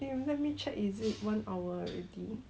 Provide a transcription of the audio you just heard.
I don't think so eh